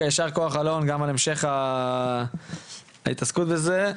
אלון, יישר כוח על ההתעסקות בנושא.